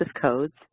codes